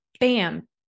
bam